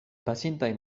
pasintaj